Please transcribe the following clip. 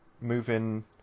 moving